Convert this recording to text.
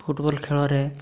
football ଖେଳରେ